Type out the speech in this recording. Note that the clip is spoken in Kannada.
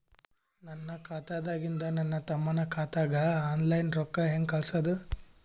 ನನ್ನ ಖಾತಾದಾಗಿಂದ ನನ್ನ ತಮ್ಮನ ಖಾತಾಗ ಆನ್ಲೈನ್ ರೊಕ್ಕ ಹೇಂಗ ಕಳಸೋದು?